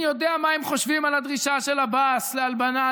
אני יודע מה הם חושבים על הדרישה של עבאס להלבנה,